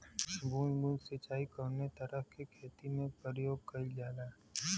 बूंद बूंद सिंचाई कवने तरह के खेती में प्रयोग कइलजाला?